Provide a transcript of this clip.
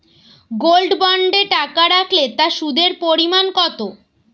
Gold বন্ডে টাকা রাখলে তা সুদের পরিমাণ কত?